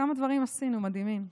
כמה דברים מדהימים עשינו,